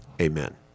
Amen